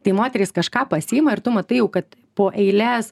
tai moterys kažką pasiima ir tu matai jau kad po eiles